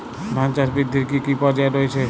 ধান চাষ বৃদ্ধির কী কী পর্যায় রয়েছে?